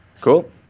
Cool